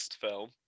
film